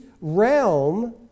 realm